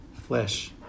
flesh